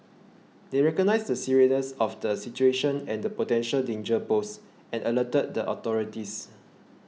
they recognised the seriousness of the situation and the potential danger posed and alerted the authorities